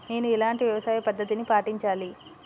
నేను ఎలాంటి వ్యవసాయ పద్ధతిని పాటించాలి?